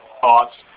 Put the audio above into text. thoughts.